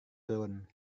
turun